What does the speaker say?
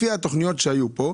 כמה יש כרגע במלאי?